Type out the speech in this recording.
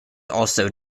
also